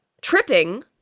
tripping